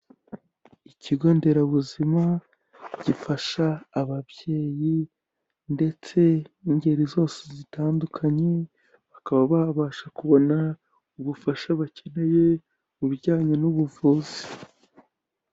Ikigo nderabuzima gifasha ababyeyi ndetse n'ingeri zose zitandukanye bakaba babasha kubona ubufasha bakeneye mu bijyanye n'ubuvuzi.